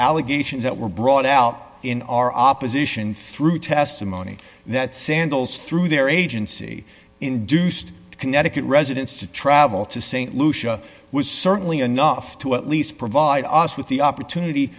allegations that were brought out in our opposition through testimony that sandals through their agency induced connecticut residents to travel to st lucia was certainly enough to at least provide us with the opportunity